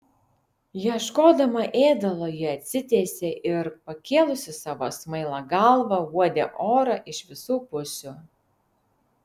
ieškodama ėdalo ji atsitiesė ir pakėlusi savo smailą galvą uodė orą iš visų pusių